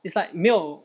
it's like 没有